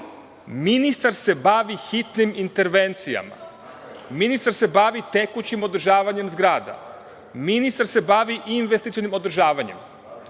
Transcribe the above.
ministar se bavi hitnim intervencijama. Ministar se bavi tekućim održavanjem zgrada. Ministar se bavi investicionim održavanjem.